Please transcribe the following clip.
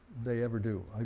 they ever do.